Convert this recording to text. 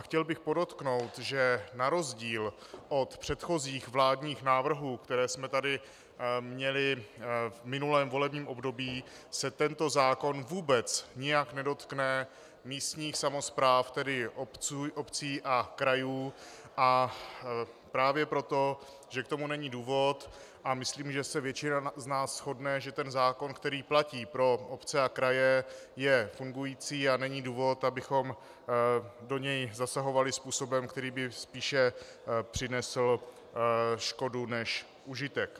Chtěl bych podotknout, že na rozdíl od předchozích vládních návrhů, které jsme tady měli v minulém volebním období, se tento zákon vůbec nijak nedotkne místních samospráv, tedy obcí a krajů, a právě proto, že k tomu není důvod, a myslím, že se většina z nás shodne, že zákon, který platí pro obce a kraje, je fungující, tak není důvod, abychom do něj zasahovali způsobem, který by spíše přinesl škodu než užitek.